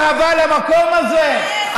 מתוך אהבה למקום הזה,